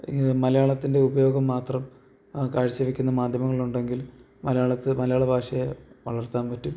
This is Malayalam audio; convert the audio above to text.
മലയാളത്തിൻ്റെ ഉപയോഗം മാത്രം കാഴ്ചവയ്ക്കുന്ന മാധ്യമങ്ങൾ ഉണ്ടെങ്കിൽ മലയാളത്തെ മലയാളഭാഷയെ വളർത്താൻപറ്റും